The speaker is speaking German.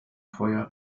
feuer